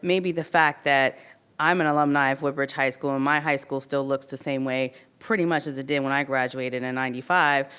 maybe the fact that i'm an alumni of woodbridge high school, and my high school still looks the same way, pretty much, as it did when i graduated in ninety five.